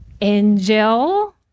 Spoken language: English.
Angel